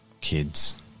kids